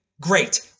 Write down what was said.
Great